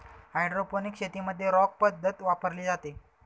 hydroponics शेतीमध्ये rock पद्धत वापरली जाते